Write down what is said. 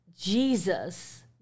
Jesus